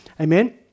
Amen